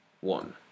One